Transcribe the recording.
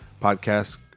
podcast